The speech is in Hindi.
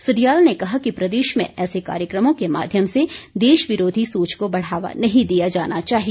सडयाल ने कहा कि प्रदेश में ऐसे कार्यक्रमों के माध्यम से देश विरोधी सोच को बढ़ावा नहीं दिया जाना चाहिए